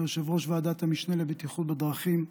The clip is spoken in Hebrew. ליושב-ראש ועדת המשנה לבטיחות בדרכים,